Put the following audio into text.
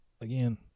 again